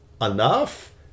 enough